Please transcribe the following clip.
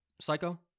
Psycho